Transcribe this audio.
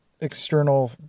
external